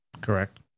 Correct